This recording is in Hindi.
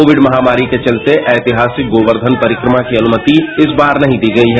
कोविड महामारी के चलते ऐतिहासिक गोवर्धन परिक्रमा की अनुमति इस बार नहीं दी गई है